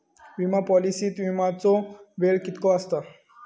विमा पॉलिसीत विमाचो वेळ कीतको आसता?